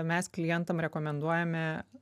mes klientam rekomenduojame